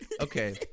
okay